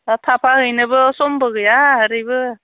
दा थाफाहैनोबो समबो गैया ओरैबो